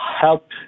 help